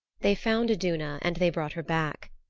they found iduna and they brought her back.